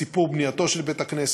על סיפור בנייתו של בית-הכנסת,